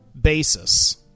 basis